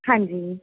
ਹਾਂਜੀ